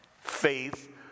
Faith